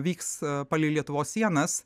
vyks palei lietuvos sienas